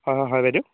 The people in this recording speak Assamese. হয় হয় হয় বাইদেউ